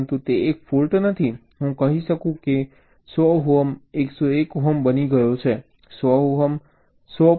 પરંતુ તે એક ફૉલ્ટ નથી હું કહી શકું છું કે 100 ઓહ્મ 101 ઓહ્મ બની ગયો છે 100 ઓહ્મ 100